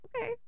okay